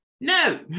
No